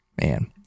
Man